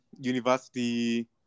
university